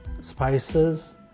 spices